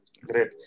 Great